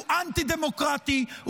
הוא אנטי-דמוקרטי,